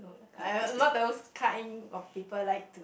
I'm not those kind of people like to